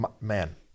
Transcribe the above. man